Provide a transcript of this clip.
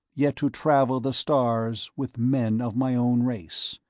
yet to travel the stars with men of my own race!